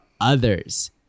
others